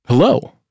Hello